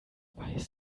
weiß